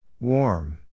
warm